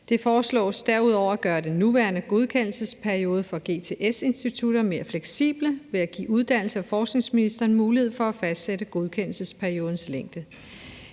Det foreslås derudover at gøre den nuværende godkendelsesperiode for GTS-institutter mere fleksible ved at give uddannelses- og forskningsministeren mulighed for at fastsætte godkendelsesperiodens længde.